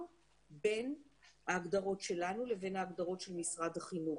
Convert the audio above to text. בין ההגדרות שלנו להגדרות של משרד החינוך,